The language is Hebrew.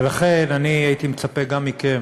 ולכן אני הייתי מצפה גם מכם